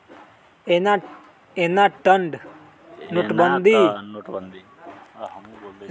एना तऽ नोटबन्दि अप्पन उद्देश्य में पूरे सूफल नहीए हो सकलै